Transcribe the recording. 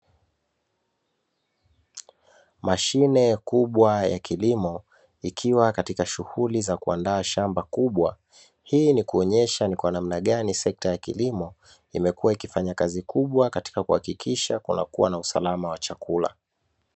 Mashine kubwa ya kilimo ikiwa katika shughuli za kuandaa shamba kubwa, hii ni kuonesha namna gani sekta ya kilimo imekuwa ikifanya kazi kubwa katika kuhakikisha kunakuwa na usalama wa chakula.